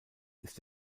ist